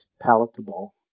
palatable